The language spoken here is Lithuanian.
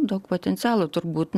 daug potencialo turbūt